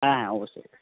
হ্যাঁ হ্যাঁ অবশ্যই